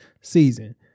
season